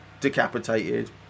decapitated